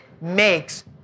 makes